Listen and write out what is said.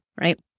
right